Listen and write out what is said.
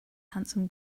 handsome